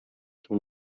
تون